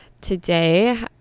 today